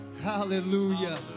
Hallelujah